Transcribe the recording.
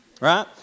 Right